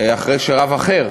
אחרי שרב אחר